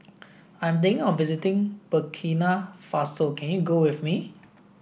I am thinking of visiting Burkina Faso can you go with me